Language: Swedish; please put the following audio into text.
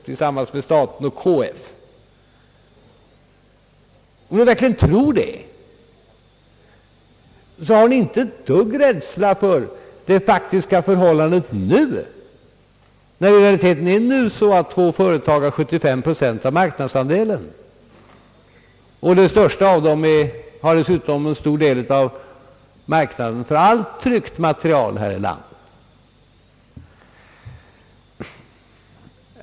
Om ni verkligen tror det har ni inte ett dugg rädsla för det faktiska förhållandet nu, när i realiteten två företag har 75 procent av marknaden. Det största av dessa företag behärskar ju dessutom en stor del av marknaden för allt tryckt material här i landet.